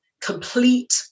complete